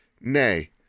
Nay